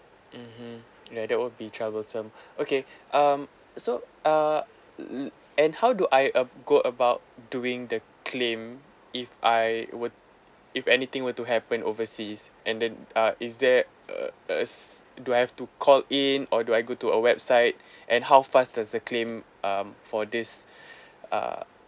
mmhmm ya that would troublesome okay um so uh l~ and how do I um go about doing the claim if I were if anything were to happen overseas and then uh is there uh uh s~ do I have to call in or do I go to a website and how fast does the claim um for this uh